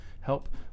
help